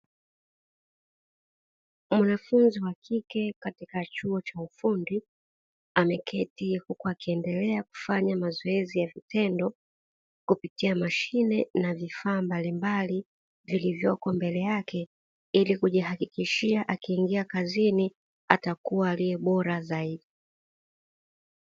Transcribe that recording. Mwanafunzi wa kike katika chuo cha ufundi, ameketi huku akiendelea kufanya mazoezi ya vitendo kupita mashine na vifaa mbalimbali vilivyoko mbele yake, ili kujihakikishia akiingia kazini atakuwa aliye bora zaidi.